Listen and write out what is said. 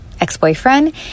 ex-boyfriend